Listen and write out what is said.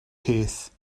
peth